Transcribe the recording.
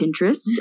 Pinterest